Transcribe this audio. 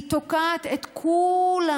היא תוקעת את כולם,